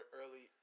early